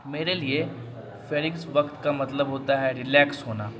میرے لیے فری وقت کا مطلب ہوتا ہے ریلیکس ہونا